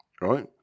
right